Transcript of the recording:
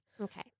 Okay